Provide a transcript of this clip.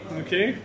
okay